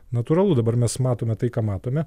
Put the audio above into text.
natūralu dabar mes matome tai ką matome